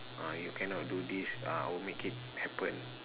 uh you cannot do this uh I will make it happen